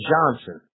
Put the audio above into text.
Johnson